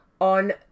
on